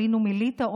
עלינו מליטא,